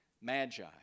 magi